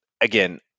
again